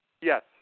Yes